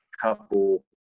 couple